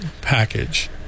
package